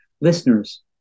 listeners